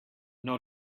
not